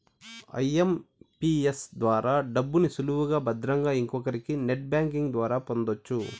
IMPS ద్వారా డబ్బుని సులువుగా భద్రంగా ఇంకొకరికి నెట్ బ్యాంకింగ్ ద్వారా పొందొచ్చు